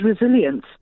resilience